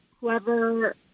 whoever